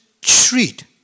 treat